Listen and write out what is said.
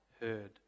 heard